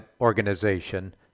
organization